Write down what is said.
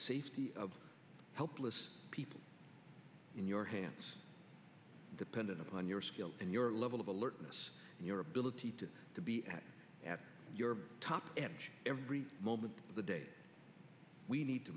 safety of helpless people in your hands depending upon your skill and your level of alertness and your ability to to be at your top edge every moment of the day we need to